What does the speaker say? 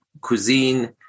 cuisine